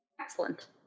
Excellent